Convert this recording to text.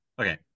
okay